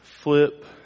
flip